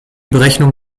berechnung